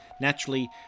Naturally